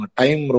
time